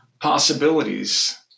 possibilities